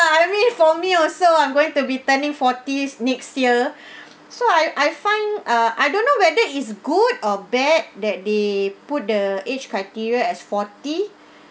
I mean for me also I'm going to be turning forties next year so I I find ah I don't know whether is good or bad that they put the age criteria as forty